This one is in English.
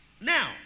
Now